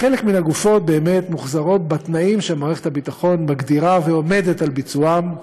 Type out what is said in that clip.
חלק מהגופות מוחזרות בתנאים שמערכת הביטחון מגדירה ועומדת על ביצועם.